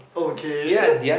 okay